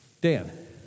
Dan